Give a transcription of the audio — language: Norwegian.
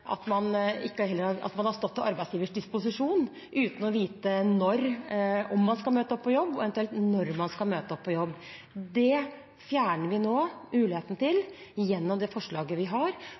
man stått til arbeidsgivers disposisjon uten å vite om man skulle møte opp på jobb, og eventuelt når man skulle møte opp på jobb. Det fjerner vi nå muligheten for gjennom det forslaget vi har.